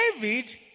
David